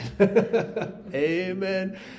Amen